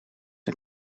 een